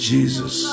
Jesus